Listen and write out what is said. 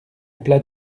appela